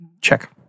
Check